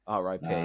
RIP